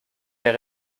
mehr